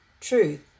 truth